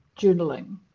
journaling